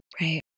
Right